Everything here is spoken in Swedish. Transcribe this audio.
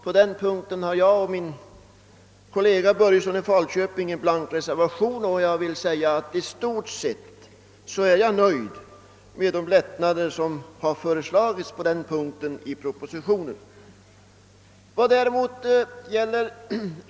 Vid denna punkt har jag och herr Börjesson i Falköping fogat en blank reservation. Jag är i stort sett nöjd med de lättnader som i detta avseende föreslagits i propositionen.